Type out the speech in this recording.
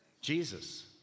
Jesus